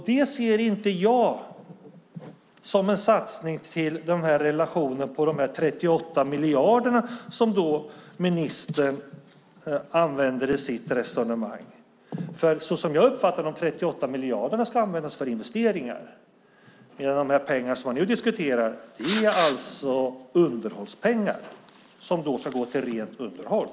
Jag ser inte det som en satsning i relation till de 38 miljarderna som ministern använder i sitt resonemang. Jag uppfattar att de 38 miljarderna ska användas för investeringar. De pengar som nu diskuteras är alltså underhållspengar som ska gå till rent underhåll.